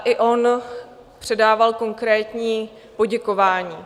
I on předával konkrétní poděkování.